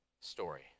story